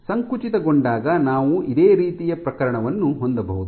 ಸಂಕುಚಿತಗೊಂಡಾಗ ನಾವು ಇದೇ ರೀತಿಯ ಪ್ರಕರಣವನ್ನು ಹೊಂದಬಹುದು